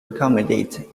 accommodate